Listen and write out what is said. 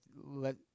let